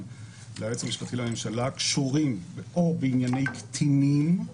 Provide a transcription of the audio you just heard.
ליועץ המשפטי לממשלה קשורים: או בענייני קטינים,